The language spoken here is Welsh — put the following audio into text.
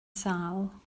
sâl